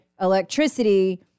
electricity